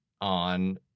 on